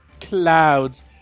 clouds